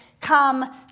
come